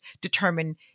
determine